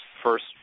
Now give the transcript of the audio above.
first